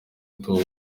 uduha